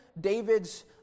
David's